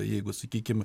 jeigu sakykim